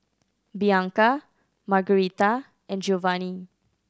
Bianca Margarita and Giovanny